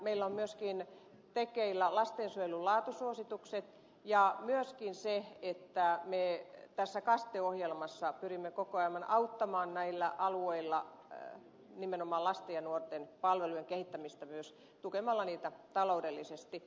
meillä on myöskin tekeillä lastensuojelulaatusuositukset ja myöskin se että me tässä kaste ohjelmassa pyrimme koko ajan auttamaan näillä alueilla nimenomaan lasten ja nuorten palvelujen kehittämistä myös tukemalla niitä taloudellisesti